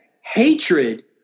hatred